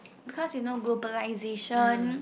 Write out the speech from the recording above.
because you know globalisation